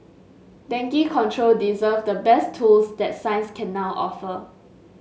dengue control deserves the best tools that science can now offer